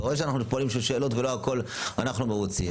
אתה רואה שאנחנו פה בשביל לשאול שאלות ולא מהכול אנחנו מרוצים,